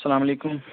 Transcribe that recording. السلام علیکم